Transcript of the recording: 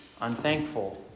unthankful